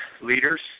leaders